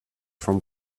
from